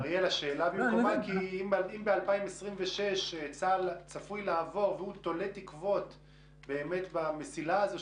אם ב-2026 צה"ל צפוי לעבור והוא תולה תקוות במסילה הזו,